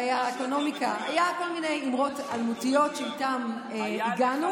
והיה "אקונומיקה" היו כל מיני אמרות אלמותיות שאיתן הגענו,